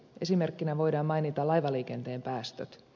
esimerkkinä voidaan mainita laivaliikenteen päästöt